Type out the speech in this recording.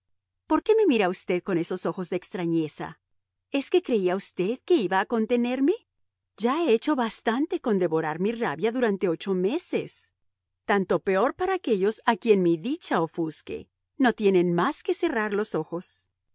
por qué me mira usted con esos ojos de extrañeza es que creía usted que iba a contenerme ya he hecho bastante con devorar mi rabia durante ocho meses tanto peor para aquellos a quienes mi dicha ofusque no tienen más que cerrar los ojos